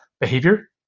behavior